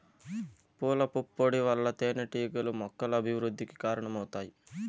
పూల పుప్పొడి వల్ల తేనెటీగలు మొక్కల అభివృద్ధికి కారణమవుతాయి